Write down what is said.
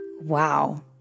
Wow